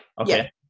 Okay